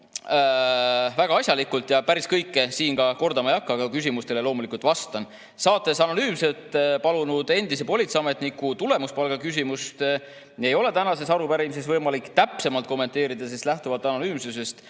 väga asjalikud. Päris kõike ma siin kordama ei hakka, aga küsimustele loomulikult vastan. Saates anonüümsust palunud endise politseiametniku tulemuspalga küsimust ei ole tänases arupärimises võimalik täpsemalt kommenteerida, sest lähtuvalt anonüümsusest